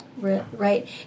Right